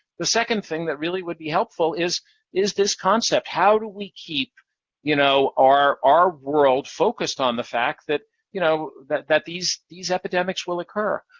the second thing that really would be helpful is is this concept how do we keep you know our our world focused on the fact that you know that these these epidemics will occur?